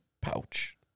pouch